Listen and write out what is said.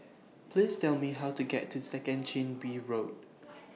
Please Tell Me How to get to Second Chin Bee Road